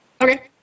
Okay